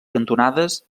cantonades